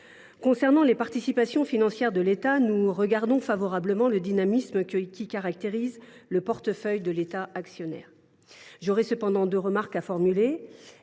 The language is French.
concerne les participations financières de l’État, nous voyons d’un bon œil le dynamisme qui caractérise le portefeuille de l’État actionnaire. J’aurai cependant deux remarques à formuler.